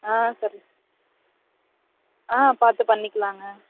ஆ சரி ஆ பார்த்து பண்ணிக்கலாங்க